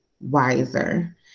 wiser